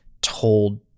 told